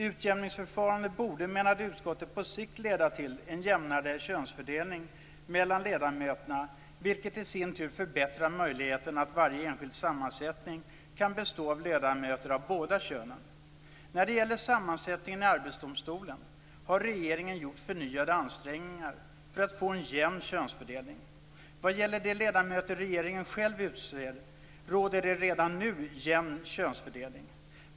Utjämningsförfarandet borde, menade utskottet, på sikt leda till en jämnare könsfördelning mellan ledamöterna, vilket i sin tur förbättrar möjligheten att varje enskild sammansättning kan bestå av ledamöter av båda könen. När det gäller sammansättningen i Arbetsdomstolen har regeringen gjort förnyade ansträngningar för att få en jämn könsfördelning. Vad gäller de ledamöter regeringen själv utser råder det redan nu en jämn könsfördelning.